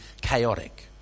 chaotic